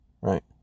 right